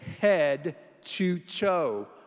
head-to-toe